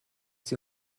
sie